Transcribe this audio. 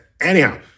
Anyhow